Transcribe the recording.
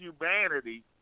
humanity